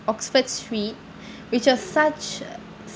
oxford street which was such